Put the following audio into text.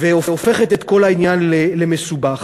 והופכת את כל העניין למסובך.